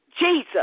Jesus